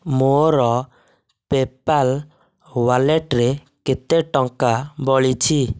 ମୋ'ର ପେ'ପାଲ୍ ୱାଲେଟ୍ରେ କେତେ ଟଙ୍କା ବଳିଛି